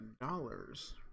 dollars